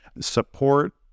Support